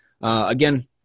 Again